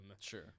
Sure